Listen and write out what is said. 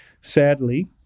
Sadly